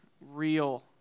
real